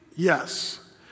Yes